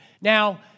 Now